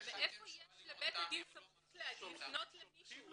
--- מאיפה יש לבית הדין סמכות לפנות למישהו,